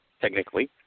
technically